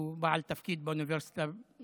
שהוא בעל תפקיד של הדרכת